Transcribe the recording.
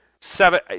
seven